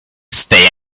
stay